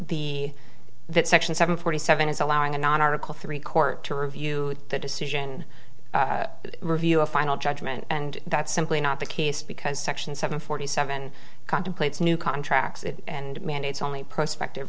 the that section seven forty seven is allowing a non article three court to review the decision review a final judgment and that's simply not the case because section seven forty seven contemplates new contracts and mandates only prospective